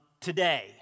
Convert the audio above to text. today